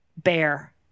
bear